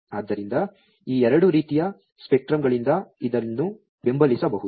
ಆದ್ದರಿಂದ ಈ ಎರಡೂ ರೀತಿಯ ಸ್ಪೆಕ್ಟ್ರಮ್ಗಳಿಂದ ಇದನ್ನು ಬೆಂಬಲಿಸಬಹುದು